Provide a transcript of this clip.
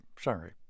Sorry